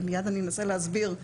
מייד אני אנסה להסביר,